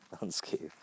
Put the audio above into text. unscathed